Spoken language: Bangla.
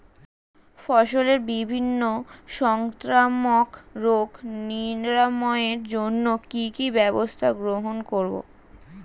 ফসলের বিভিন্ন সংক্রামক রোগ নিরাময়ের জন্য কি কি ব্যবস্থা গ্রহণ করব?